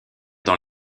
dans